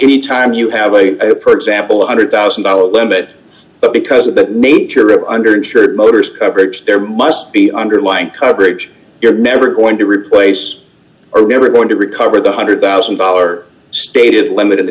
any time you have a prob sample a one hundred thousand dollars limit but because of that nature of under insured motorist coverage there must be underlying coverage you're never going to replace or are never going to recover the one hundred thousand dollars stated limit in the